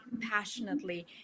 passionately